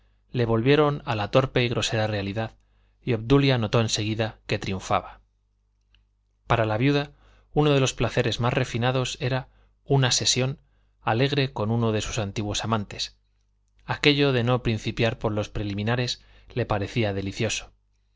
le volvieron a la torpe y grosera realidad y obdulia notó en seguida que triunfaba para la viuda uno de los placeres más refinados era una sesión alegre con uno de sus antiguos amantes aquello de no principiar por los preliminares le parecía delicioso